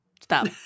Stop